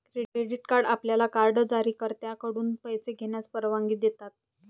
credit card आपल्याला card जारीकर्त्याकडून पैसे घेण्यास परवानगी देतात